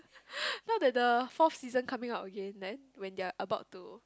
now that the fourth season coming up again then when they are about to